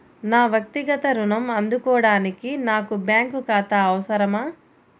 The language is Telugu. నా వక్తిగత ఋణం అందుకోడానికి నాకు బ్యాంక్ ఖాతా అవసరమా?